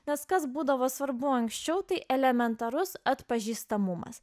nes kas būdavo svarbu anksčiau tai elementarus atpažįstamumas